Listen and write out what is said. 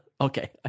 Okay